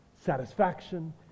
satisfaction